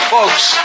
Folks